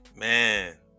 Man